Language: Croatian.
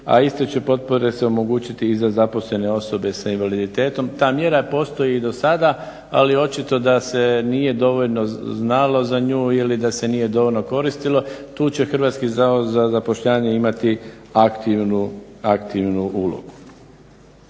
a iste će potpore se omogućiti i za zaposlene osobe sa invaliditetom. Ta mjera postoji i do sada, ali očito da se nije dovoljno znalo za nju ili da se nije dovoljno koristilo, tu će Hrvatski zavod za zapošljavanje imati aktivnu ulogu.